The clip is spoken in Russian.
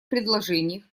предложениях